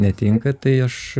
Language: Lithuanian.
netinka tai aš